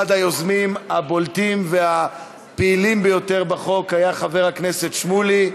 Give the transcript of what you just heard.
אחד היוזמים הבולטים והפעילים ביותר בחוק היה חבר הכנסת שמולי.